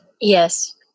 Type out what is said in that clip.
Yes